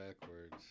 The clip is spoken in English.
backwards